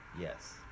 Yes